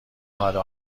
نودو